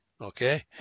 okay